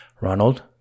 Ronald